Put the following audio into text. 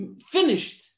finished